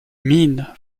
mines